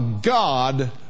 God